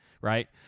Right